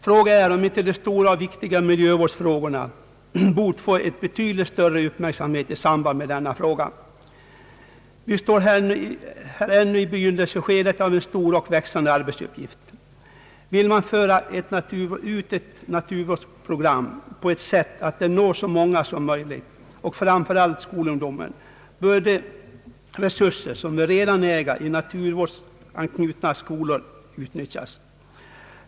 Fråga är om inte de stora och viktiga miljövårdsfrågorna bort ägnas en betydligt större uppmärksamhet i detta sammanhang. Vi står här ännu i begynnelseskedet till en stor och växande arbetsuppgift. Vill man föra ut ett naturvårdsprogram på ett sådant sätt att det når så många som möjligt — och framför allt skolungdomen — bör de resurser som vi redan äger i naturanknutna skolor utnyttjas.